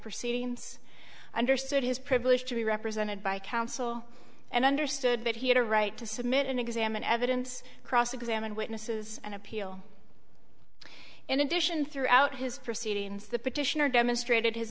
proceedings understood his privilege to be represented by counsel and understood that he had a right to submit and examine evidence cross examine witnesses and appeal in addition throughout his proceedings the petitioner demonstrated his